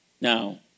Now